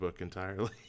entirely